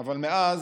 אבל מאז,